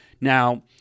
Now